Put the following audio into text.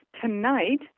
Tonight